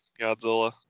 Godzilla